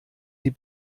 sie